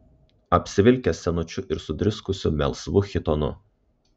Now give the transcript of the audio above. apsivilkęs senučiu ir sudriskusiu melsvu chitonu